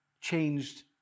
changed